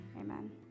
Amen